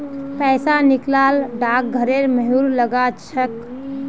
पैसा निकला ल डाकघरेर मुहर लाग छेक